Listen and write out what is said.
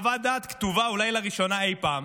בחוות דעת כתובה אולי לראשונה אי פעם,